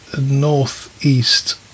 northeast